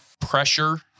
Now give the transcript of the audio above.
pressure